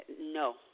no